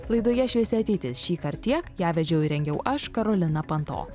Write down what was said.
laidoje šviesi ateitis šįkart tiek ją vedžiau ir rengiau aš karolina panto